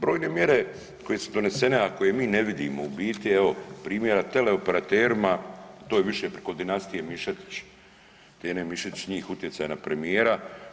Brojne mjere koje su donesene ako ih mi ne vidimo u biti evo primjera teleoperaterima, to je više preko dinastije Mišetić, Tene Mišetić njih utjecaja na premijera.